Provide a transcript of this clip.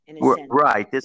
Right